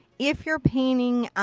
if you're painting